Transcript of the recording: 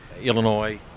Illinois